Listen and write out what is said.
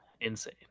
Insane